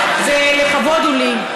לכבוד הוא לי.